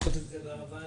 לעשות את זה בוועדה?